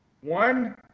one